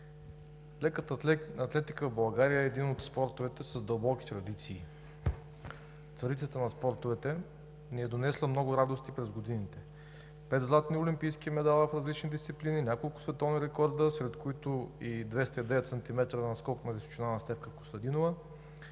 Леката атлетика в България е един от спортовете с дълбоки традиции. Царицата на спортовете ни е донесла много радости през годините: пет златни олимпийски медала в различни дисциплини; няколко световни рекорда, сред които е и 209 см на скока на височина на Стефка Костадинова;